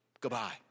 Goodbye